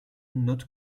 note